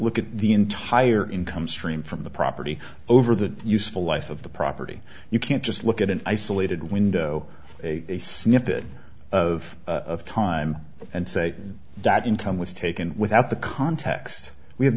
look at the entire income stream from the property over the useful life of the property you can't just look at an isolated window a snippet of time and say that income was taken without the context we have